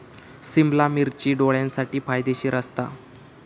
सिमला मिर्ची डोळ्यांसाठी फायदेशीर असता